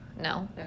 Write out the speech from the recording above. No